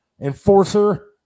Enforcer